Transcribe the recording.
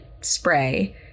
spray